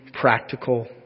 practical